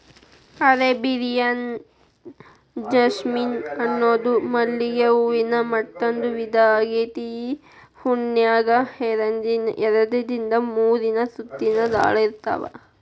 Arabian jasmine ಅನ್ನೋದು ಮಲ್ಲಿಗೆ ಹೂವಿನ ಮತ್ತಂದೂ ವಿಧಾ ಆಗೇತಿ, ಈ ಹೂನ್ಯಾಗ ಎರಡರಿಂದ ಮೂರು ಸುತ್ತಿನ ದಳ ಇರ್ತಾವ